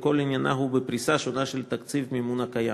וכל עניינה הוא בפריסה שונה של תקציב המימון הקיים.